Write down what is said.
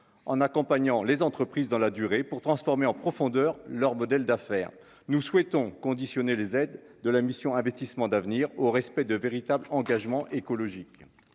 en accompagnant les entreprises dans la durée pour transformer en profondeur leur modèle d'affaires, nous souhaitons conditionner les aides de la mission Investissements d'avenir au respect de véritable engagement écologique,